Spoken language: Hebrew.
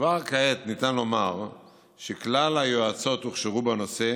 כבר כעת ניתן לומר שכלל היועצות הוכשרו בנושא